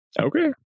Okay